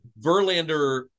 Verlander